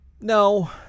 No